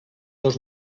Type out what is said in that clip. dos